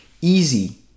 easy